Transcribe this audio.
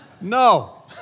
No